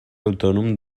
autònom